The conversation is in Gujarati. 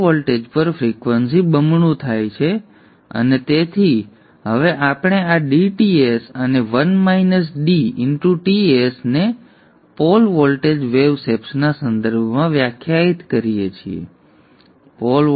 અસરને કારણે પોલ વોલ્ટેજ પર ફ્રિક્વન્સી બમણું થાય છે અને તેથી હવે આપણે આ dTs અને Ts ને પોલ વોલ્ટેજ વેવ શેપ્સના સંદર્ભમાં વ્યાખ્યાયિત કરીએ છીએ